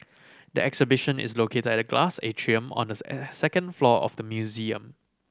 the exhibition is located at a glass atrium on the second level of the museum